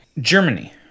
Germany